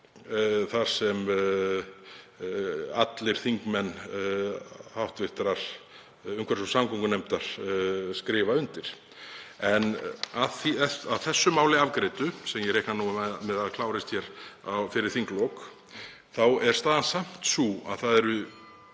umr. sem allir þingmenn hv. umhverfis- og samgöngunefndar skrifa undir. En að þessu máli afgreiddu, sem ég reikna nú með að klárist fyrir þinglok, er staðan samt sú að það eru